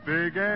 Big